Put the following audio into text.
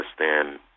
understand